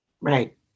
Right